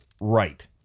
Right